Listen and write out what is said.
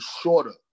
shorter